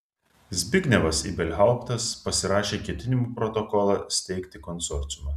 zbignevas ibelhauptas pasirašė ketinimų protokolą steigti konsorciumą